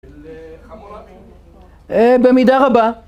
במידה רבה